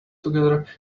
together